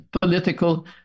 political